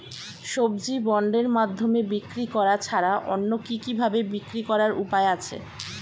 সবজি বন্ডের মাধ্যমে বিক্রি করা ছাড়া অন্য কি কি ভাবে বিক্রি করার উপায় আছে?